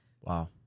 Wow